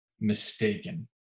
mistaken